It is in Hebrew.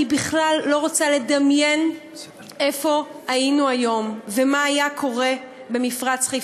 אני בכלל לא רוצה לדמיין איפה היינו היום ומה היה קורה במפרץ-חיפה,